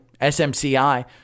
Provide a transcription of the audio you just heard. SMCI